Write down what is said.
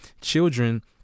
children